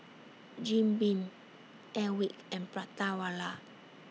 Jim Beam Airwick and Prata Wala